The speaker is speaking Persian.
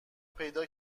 پیدا